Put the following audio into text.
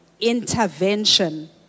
intervention